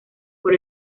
por